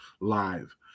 live